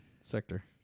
sector